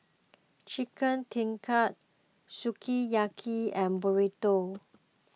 Chicken Tikka Sukiyaki and Burrito